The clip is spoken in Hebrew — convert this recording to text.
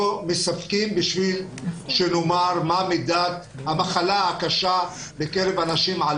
מספקים כדי שנאמר מה מידת המחלה הקשה בקרב האנשים.